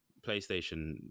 playstation